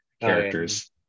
characters